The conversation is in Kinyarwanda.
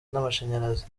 n’amashanyarazi